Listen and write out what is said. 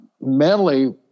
mentally